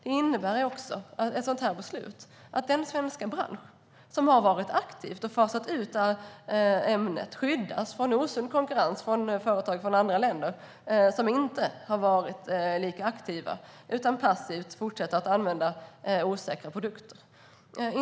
Ett sådant här beslut innebär också att den svenska branschen, som har varit aktiv och fasat ut ämnet, skyddas från osund konkurrens från företag i andra länder som inte har varit lika aktiva utan fortsätter att använda osäkra produkter.